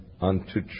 unto